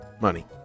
money